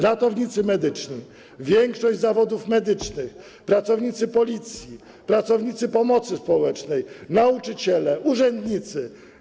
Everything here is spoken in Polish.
Ratownicy medyczni, większość zawodów medycznych, pracownicy Policji, pracownicy pomocy społecznej, nauczyciele, urzędnicy.